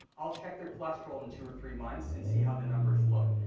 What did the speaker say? i'll check their cholesterol in two or three months and see how the numbers look.